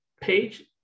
page